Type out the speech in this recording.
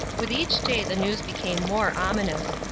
with each day the news became more ominous.